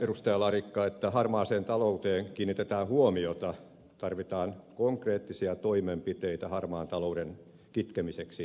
larikka että harmaaseen talouteen kiinnitetään huomiota tarvitaan konkreettisia toimenpiteitä harmaan talouden kitkemiseksi